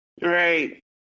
Right